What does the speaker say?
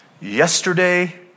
yesterday